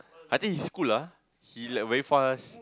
I think he's cool ah he like very fast